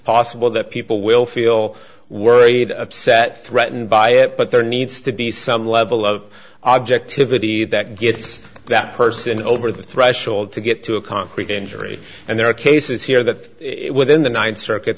possible that people will feel worried upset threatened by it but there needs to be some level of objectivity that gets that person over the threshold to get to a concrete injury and there are cases here that within the ninth circuit